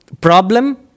problem